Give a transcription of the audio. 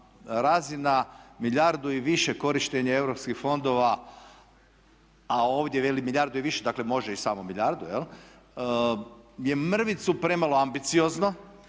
razina milijardu i više korištenje europskih fondova, a ovdje veli milijardu i više, dakle može i samo milijardu je mrvicu premalo ambiciozno,